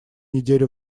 неделе